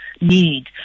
need